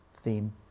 theme